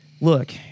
look